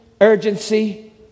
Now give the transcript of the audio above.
urgency